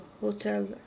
hotel